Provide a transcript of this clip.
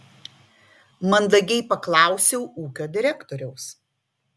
mandagiai paklausiau ūkio direktoriaus